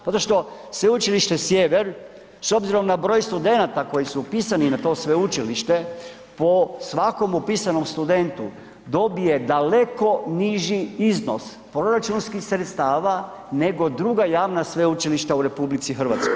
Zato što Sveučilište Sjever s obzirom na broj studenata koji su upisani na to sveučilište po svakom upisanom studentu dobije daleko niži iznos proračunskih sredstava nego druga javna sveučilišta u RH.